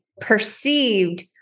perceived